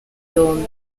yombi